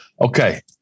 Okay